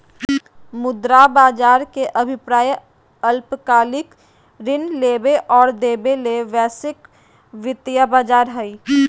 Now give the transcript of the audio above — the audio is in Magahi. मुद्रा बज़ार के अभिप्राय अल्पकालिक ऋण लेबे और देबे ले वैश्विक वित्तीय बज़ार हइ